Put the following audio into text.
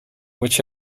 which